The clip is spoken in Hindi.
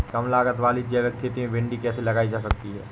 कम लागत वाली जैविक खेती में भिंडी कैसे लगाई जा सकती है?